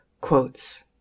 quotes